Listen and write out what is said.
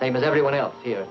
same as everyone else here